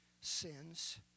sins